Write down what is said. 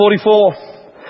44